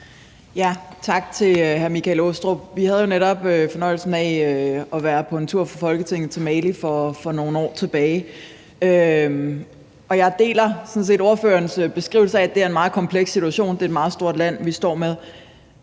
Tak til hr. Michael Aastrup Jensen. Vi havde jo netop fornøjelsen af at være på en tur for Folketinget til Mali for nogle år tilbage. Og jeg deler sådan set ordførerens beskrivelse af, at det er en meget kompleks situation og et meget stort land, vi står med.